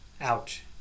Ouch